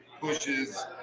pushes